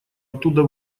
оттуда